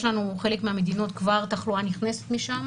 יש כבר תחלואה נכנסת מחלק מהמדינות.